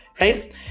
right